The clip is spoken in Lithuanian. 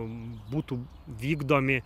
būtų vykdomi